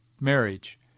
marriage